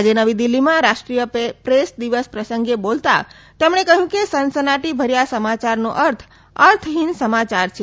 આજે નવી દિલ્હીમાં રાષ્ટ્રીય પ્રેસ દિવસ પ્રસંગે બોલતાં તેમણે કહ્યું કે સનસનાટીભર્યા સમાચારનો અર્થ અર્થહીન સમાચાર છે